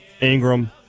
Ingram